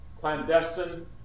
clandestine